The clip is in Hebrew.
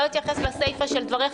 לא אתייחס לסיפה של דברייך,